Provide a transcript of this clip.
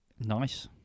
Nice